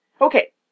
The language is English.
Okay